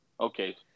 Okay